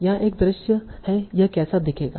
यहाँ एक दृश्य है यह कैसा दिखेगा